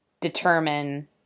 determine